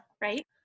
right